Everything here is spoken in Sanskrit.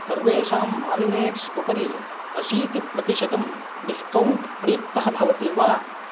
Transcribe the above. सर्वेषां मारिनेट्स् उपरि अशीतिप्रतिशतं डिस्कौण्ट् प्रयुक्तः भवति वा